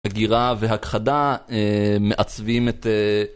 הגירה והכחדה מעצבים את...